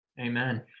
amen